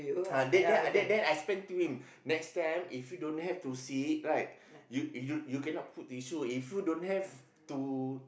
uh then then then then I explain to him next time if you don't have to sit right you you you cannot put tissue if you don't have to